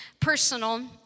personal